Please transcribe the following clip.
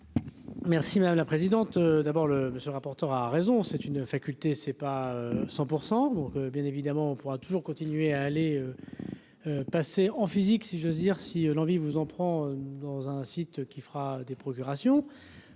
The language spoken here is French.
Merci madame la présidente, d'abord, le monsieur le rapporteur a raison c'est une faculté, c'est pas 100 % donc bien évidemment, on pourra toujours continuer à aller passer en physique, si j'ose dire, si l'envie vous en prend, dans un site qui fera des procurations,